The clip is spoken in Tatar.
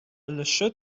өлеше